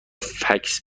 فکس